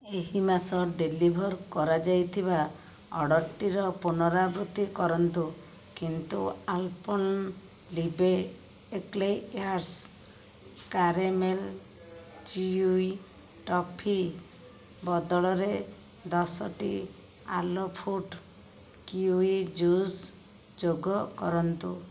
ଏହି ମାସ ଡେଲିଭର୍ କରାଯାଇଥିବା ଅର୍ଡ଼ରଟିର ପୁନରାବୃତ୍ତି କରନ୍ତୁ କିନ୍ତୁ Alpenliebe Italy airs caramel chewy toffee ବଦଳରେ ଦଶଟି ଆଲୋ ଫ୍ରୁଟ କ୍ୱିୱି ଜୁସ୍ ଯୋଗ କରନ୍ତୁ